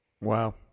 Wow